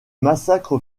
massacre